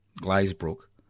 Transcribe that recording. Glazebrook